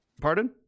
Pardon